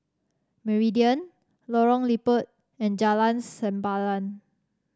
Meridian Lorong Liput and Jalan Sempadan